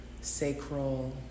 sacral